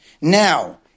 Now